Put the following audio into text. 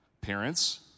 Parents